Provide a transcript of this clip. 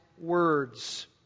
words